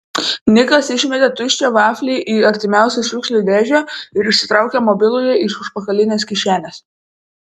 nikas išmetė tuščią vaflį į artimiausią šiukšlių dėžę ir išsitraukė mobilųjį iš užpakalinės kišenės